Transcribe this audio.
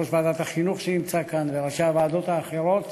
יושב-ראש ועדת החינוך שנמצא כאן וראשי הוועדות האחרות,